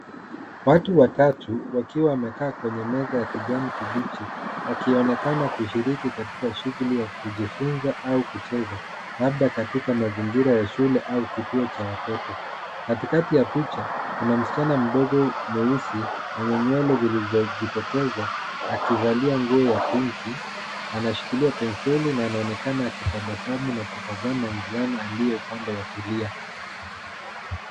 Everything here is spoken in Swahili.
Watu watatu, wakiwa wamekaa kwenye meza ya kijani kibichi, wakionekana kushiriki katika shughuli ya kujifunza au kucheza, labda katika mazingira ya shule au kituo cha watoto. Katikati ya picha, kuna msichana mdogo, mweusi, mwenye nywele zilizojitokeza, akivalia nguo ya pinki, anashikilia penseli na anaonekana akitabasamu na kutazama mvulana aliye upande wa kulia.